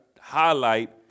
highlight